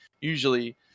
usually –